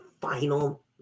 final